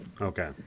okay